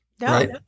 Right